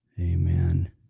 Amen